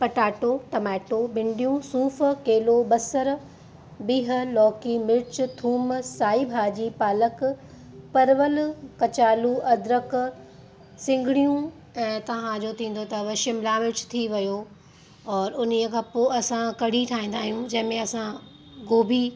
potato tomato भिंडियूं सूफु केलो बसर बिह लोकी मिर्चु थूम साई भाॼी पालक परवल कचालू अदरक सिंगड़ियूं ऐं तव्हांजो थींदो अथव शिमला मिर्च थी वयो और इन ई खां असां कढ़ी ठाहींदा आहियूं जंहिंमें असां गोभी